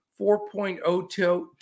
4.02